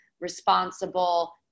responsible